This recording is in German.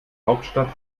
hauptstadt